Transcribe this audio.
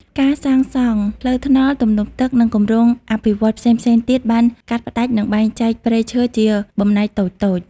ការសាងសង់ ផ្លូវថ្នល់ ទំនប់ទឹក និងគម្រោងអភិវឌ្ឍន៍ផ្សេងៗទៀតបាន កាត់ផ្តាច់ និងបែងចែកព្រៃឈើជាបំណែកតូចៗ។